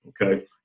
Okay